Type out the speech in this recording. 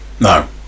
No